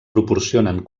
proporcionen